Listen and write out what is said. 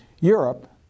Europe